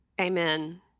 Amen